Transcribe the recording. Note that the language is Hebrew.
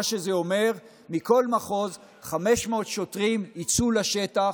מה שזה אומר: מכל מחוז, 500 שוטרים יצאו לשטח.